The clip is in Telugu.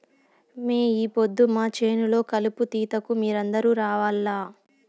మే ఈ పొద్దు మా చేను లో కలుపు తీతకు మీరందరూ రావాల్లా